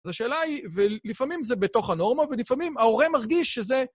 אז השאלה היא, ולפעמים זה בתוך הנורמה, ולפעמים ההורה מרגיש שזה...